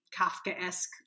Kafka-esque